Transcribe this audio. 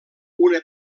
una